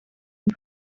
and